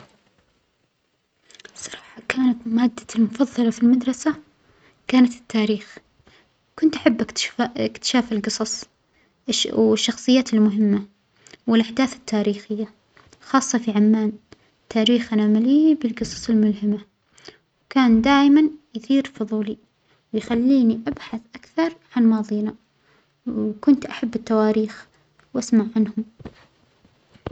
الصراحة كانت مادتي المفظلة في المدرسة كانت التاريخ، كنت احب أكتش-إكتشاف الجصص أش-والشخصيات المهمة و الأحداث التاريخية خاصة في عمان تاريخنا ملئ بالجصص الملهمة، كان دايما يثير فظولي ويخلينى أبحث أكثر عن ماظينا، وكنت أحب التواريخ وأسمع عنهم.